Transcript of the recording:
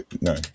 No